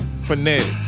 Phonetics